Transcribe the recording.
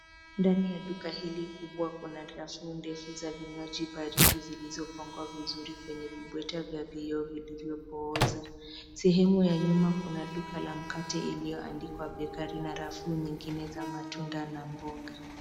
Ndani ya duka hili kubwa kuna rafu ndefu za vinywaji baridi zilizopangwa vizuri kwenye vibweta vya vioo vilivyopooza. Sehemu ya nyuma kuna duka la mkate iliyoandikwa Bakery na rafu nyingine za matunda na mboga.